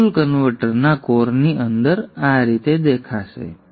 push pull કન્વર્ટરના કોરની અંદર આ રીતે દેખાશે